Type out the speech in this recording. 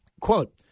Quote